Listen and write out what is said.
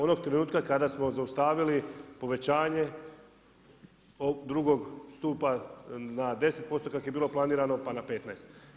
Onog trenutka kada smo zaustavili povećanje drugog stupa na 10% kako je bilo planirano pa na 15.